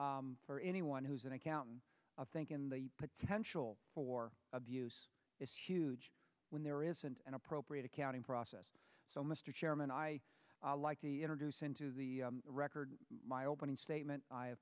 for anyone who's an accounting of think in the potential for abuse is huge when there isn't an appropriate accounting process so mr chairman i like to introduce into the record my opening statement